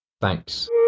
Thanks